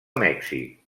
mèxic